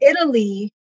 Italy